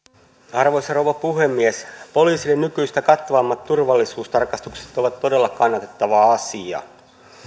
arvoisa rouva puhemies poliisin nykyistä kattavammat turvallisuustarkastukset ovat todella kannatettava asia